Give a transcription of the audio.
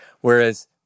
Whereas